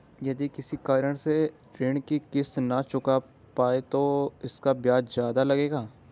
यदि किसी कारण से ऋण की किश्त न चुका पाये तो इसका ब्याज ज़्यादा लगेगा?